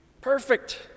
Perfect